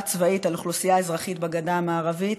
צבאית על אוכלוסייה אזרחית בגדה המערבית